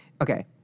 Okay